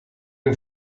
den